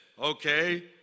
okay